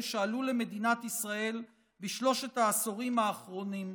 שעלו למדינת ישראל בשלושת העשורים האחרונים.